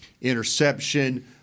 interception